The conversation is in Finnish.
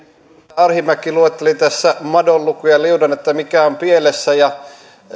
arhinmäki luetteli tässä madonlukuja liudan mikä on pielessä